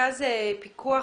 מרכז הפיקוח